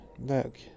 Look